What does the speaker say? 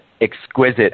exquisite